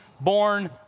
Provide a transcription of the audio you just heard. born